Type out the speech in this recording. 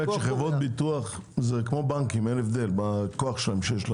חברות ביטוח זה כמו בנקים מבחינת הכוח.